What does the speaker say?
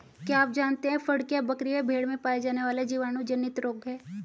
क्या आप जानते है फड़कियां, बकरी व भेड़ में पाया जाने वाला जीवाणु जनित रोग है?